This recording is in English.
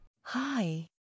Hi